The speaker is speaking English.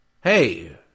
Hey